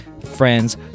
friends